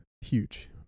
huge